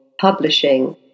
publishing